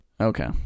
okay